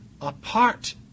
apart